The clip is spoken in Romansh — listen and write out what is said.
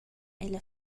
ella